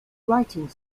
writing